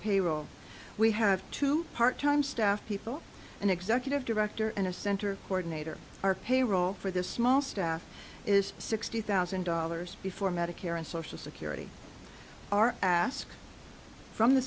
payroll we have two part time staff people an executive director and a center ordinator our payroll for this small staff is sixty thousand dollars before medicare and social security are asked from the